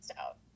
out